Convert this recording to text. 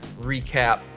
recap